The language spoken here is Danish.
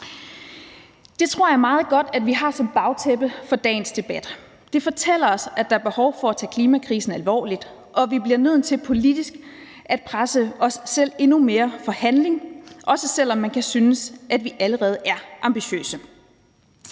Det tror jeg er meget godt at have som bagtæppe for dagens debat. Det fortæller os, at der er behov for at tage klimakrisen alvorligt, og at vi bliver nødt til politisk at presse os selv endnu mere for handling, også selv om man kan synes, at vi allerede er ambitiøse.